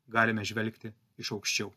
galime žvelgti iš aukščiau